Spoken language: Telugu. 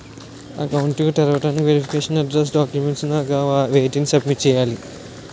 అకౌంట్ ను తెరవటానికి వెరిఫికేషన్ అడ్రెస్స్ డాక్యుమెంట్స్ గా వేటిని సబ్మిట్ చేయాలి?